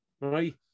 right